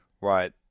Right